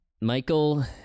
michael